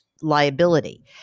liability